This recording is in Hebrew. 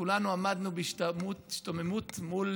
כולנו עמדנו בהשתוממות מול